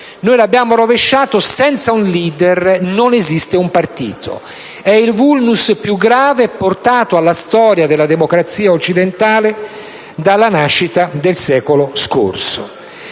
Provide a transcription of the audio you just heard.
l'abbiamo rovesciato in «senza un *leader* non esiste un partito». È il*vulnus* più grave portato alla storia della democrazia occidentale dal secolo scorso.